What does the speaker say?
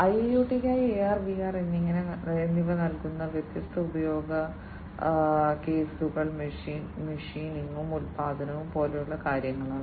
IIoT യ്ക്കായി AR VR എന്നിവ നൽകുന്ന വ്യത്യസ്ത ഉപയോഗ കേസുകൾ മെഷീനിംഗും ഉൽപാദനവും പോലെയുള്ള കാര്യങ്ങളാണ്